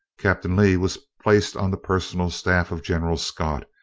captain lee was placed on the personal staff of general scott,